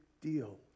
deal